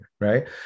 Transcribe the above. right